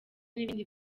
nibindi